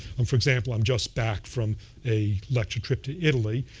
um for example, i'm just back from a lecture trip to italy.